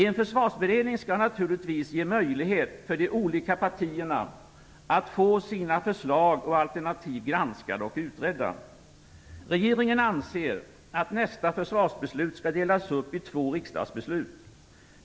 En försvarsberedning skall naturligtvis ge möjlighet för de olika partierna att få sina förslag och alternativ granskade och utredda. Regeringen anser att nästa försvarsbeslut bör delas upp i två riksdagsbeslut.